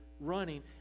running